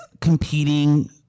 competing